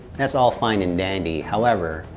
that's all fine and dandy, however,